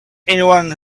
anyone